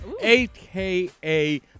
aka